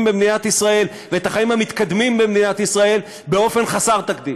במדינת ישראל ואת החיים המתקדמים במדינת ישראל באופן חסר תקדים.